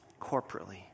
corporately